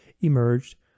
emerged